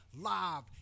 live